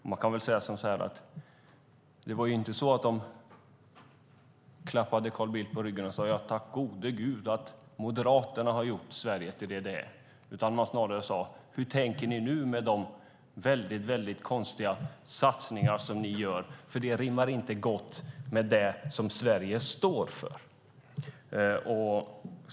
De klappade inte Carl Bildt i ryggen och sade: Tack gode Gud för att Moderaterna har gjort Sverige till vad det är. Snarare undrade de: Hur tänker ni nu med de konstiga satsningar som ni gör? De rimmar inte väl med det som Sverige står för.